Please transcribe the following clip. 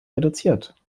reduziert